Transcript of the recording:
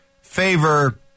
favor